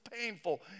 painful